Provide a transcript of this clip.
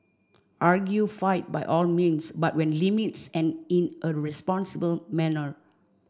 argue fight by all means but when limits and in a responsible manner